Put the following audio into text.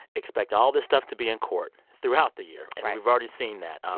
expect all this stuff to be in court throughout the year. and we've already seen that. um